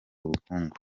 ubukungu